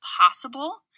possible